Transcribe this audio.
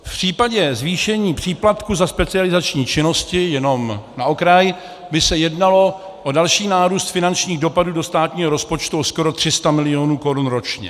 V případě zvýšení příplatku za specializační činnosti, jenom na okraj, by se jednalo o další nárůst finančních dopadů do státního rozpočtu o skoro 300 milionů korun ročně.